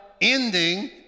ending